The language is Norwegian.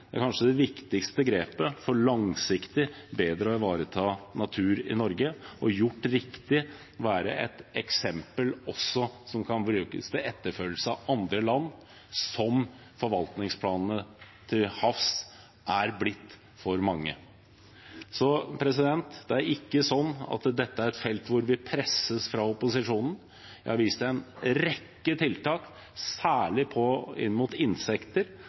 Det er kanskje det viktigste grepet for langsiktig bedre å ivareta natur i Norge. Gjort riktig vil det være et eksempel til etterfølgelse også for andre land, som forvaltningsplanene til havs er blitt det for mange. Så det er ikke sånn at dette er et felt hvor vi presses fra opposisjonen. Jeg viste til en rekke tiltak – særlig rettet mot